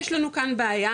יש לנו כאן בעיה,